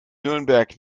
nürnberg